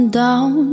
down